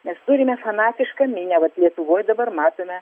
mes turime fanatišką minią vat lietuvoj dabar matome